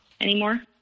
anymore